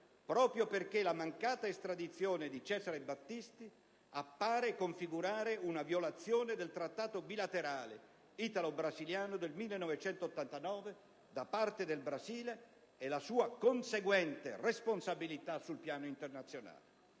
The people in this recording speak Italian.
proprio perché la mancata estradizione di Cesare Battisti appare configurare una violazione del Trattato bilaterale italo-brasiliano del 1989 da parte del Brasile e la sua conseguente responsabilità sul piano internazionale.